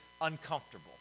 uncomfortable